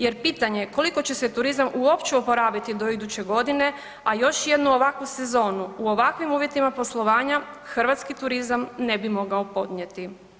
Jer pitanje je koliko će se turizam uopće oporaviti do iduće godine, a još jednu ovakvu sezonu u ovakvim uvjetima poslovanja hrvatski turizam ne bi mogao podnijeti.